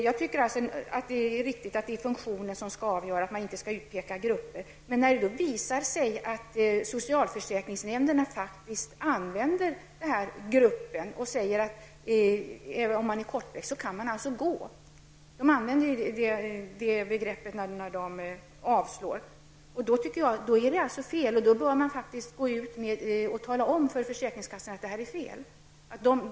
Jag anser det riktigt att det är funktionen som skall avgöra och att man inte skall peka ut grupper. Men det har visat sig att socialförsäkringsnämnderna säger, att om man tillhör gruppen kortväxta kan man gå. De använder detta begrepp när de avslår ansökningar. Detta är felaktigt, och då bör man också tala om för försäkringskassorna att detta är fel.